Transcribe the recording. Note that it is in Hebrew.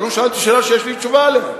אבל הוא שאל אותי שאלה שיש לי תשובה עליה.